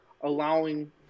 allowing